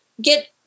get